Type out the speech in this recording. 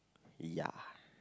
ya